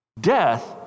Death